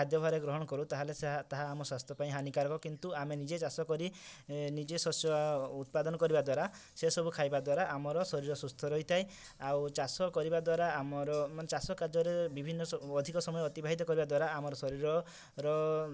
ଖାଦ୍ୟ ଭାବରେ ଗ୍ରହଣକରୁ ତାହେଲେ ତାହା ଆମ ସ୍ଵାସ୍ଥ ପାଇଁ ହାନିକାରକ କିନ୍ତୁ ଆମେ ନିଜେ ଚାଷ କରି ନିଜେ ଶସ୍ୟ ଉତ୍ପାଦନ କରିବା ଦ୍ଵାରା ସେସବୁ ଖାଇବା ଦ୍ଵାରା ଆମର ଶରୀର ସୁସ୍ଥ ରହିଥାଏ ଆଉ ଚାଷ କରିବା ଦ୍ଵାରା ଆମର ମାନେ ଚାଷ କାର୍ଯ୍ୟରେ ବିଭିନ୍ନ ସବୁ ଅଧିକ ସମୟ ଅତିବାହିତ କରିବା ଦ୍ଵାରା ଆମର ଶରୀର ର